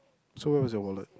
so where was your wallet